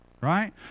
Right